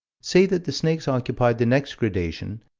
say that the snakes occupied the next gradation,